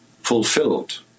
fulfilled